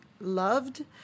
loved